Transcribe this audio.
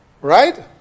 Right